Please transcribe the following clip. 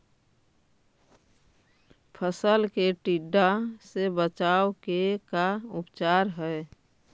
फ़सल के टिड्डा से बचाव के का उपचार है?